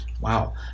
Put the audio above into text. wow